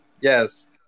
Yes